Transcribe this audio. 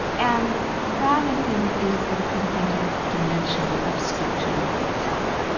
and that, i think, is the prophetic dimension of scripture itself